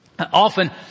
Often